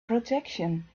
protection